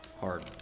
hard